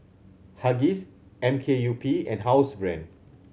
Huggies M K U P and Housebrand